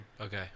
okay